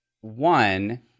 one